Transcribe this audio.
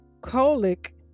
colic